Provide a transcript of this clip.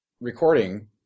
recording